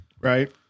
Right